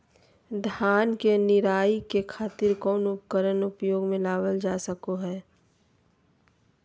धान के निराई के खातिर कौन उपकरण उपयोग मे लावल जा सको हय?